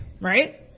right